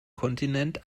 kontinent